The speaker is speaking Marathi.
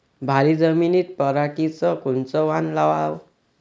भारी जमिनीत पराटीचं कोनचं वान लावाव?